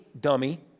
dummy